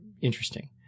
interesting